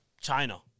China